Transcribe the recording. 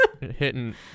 hitting